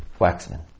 Waxman